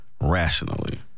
rationally